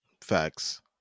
Facts